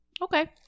Okay